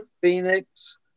Phoenix